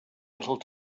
little